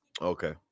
Okay